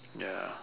ya